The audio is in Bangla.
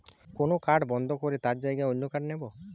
কোন কার্ড বন্ধ করে তার জাগায় অন্য কার্ড নেব